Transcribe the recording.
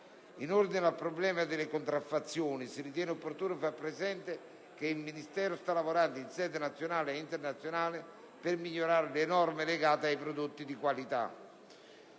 In ordine al problema delle contraffazioni, si ritiene opportuno far presente che questo Ministero sta lavorando in sede nazionale ed internazionale per migliorare le norme legate ai prodotti di qualità,